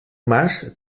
mas